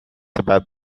about